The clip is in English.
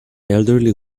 elderly